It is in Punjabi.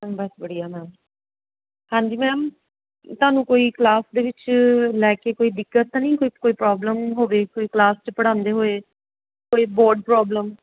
ਬਸ ਵਧੀਆ ਮੈਮ ਹਾਂਜੀ ਮੈਮ ਤੁਹਾਨੂੰ ਕੋਈ ਕਲਾਸ ਦੇ ਵਿੱਚ ਲੈ ਕੇ ਕੋਈ ਦਿੱਕਤ ਤਾਂ ਨਹੀਂ ਕੋਈ ਕੋਈ ਪ੍ਰੋਬਲਮ ਹੋਵੇ ਕੋਈ ਕਲਾਸ 'ਚ ਪੜ੍ਹਾਉਂਦੇ ਹੋਏ ਕੋਈ ਬੋਰਡ ਪ੍ਰੋਬਲਮ